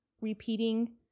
repeating